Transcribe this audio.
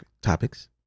topics